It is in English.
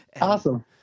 Awesome